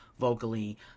vocally